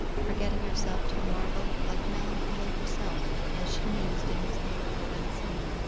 forgetting herself to marble like melancholy herself as she mused in his neighbourhood unseen.